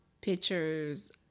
pictures